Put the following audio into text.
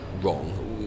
wrong